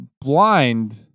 blind